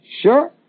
Sure